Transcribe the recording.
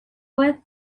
with